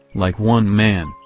like one man,